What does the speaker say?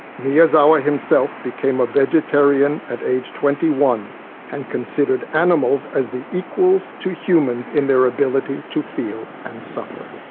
miyazawa himself became a vegetarian at age twenty one and considered animals as the equals to humans in their ability to feel and suffer.